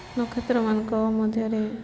ନକ୍ଷତ୍ରମାନଙ୍କ ମଧ୍ୟରେ